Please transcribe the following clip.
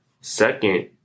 second